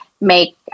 make